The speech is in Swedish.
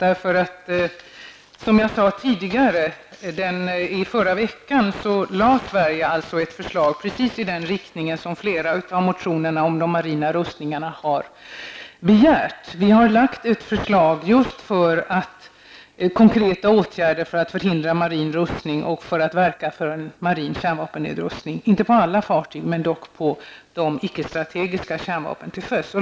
Som jag tidigare sade lade Sverige i förra veckan fram ett förslag precis i den riktning som flera av motionerna om de marina rustningarna har angivit. Vi har lagt fram ett förslag med konkreta åtgärder för att förhindra marin rustning och för att verka för en marin kärnvapennedrustning, inte på alla fartyg, men dock beträffande de icke strategiska kärnvapnen till sjöss.